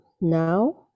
now